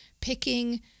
picking